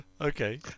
Okay